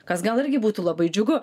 kas gal irgi būtų labai džiugu